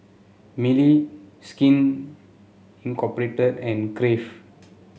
Mili Skin Incorporate and Crave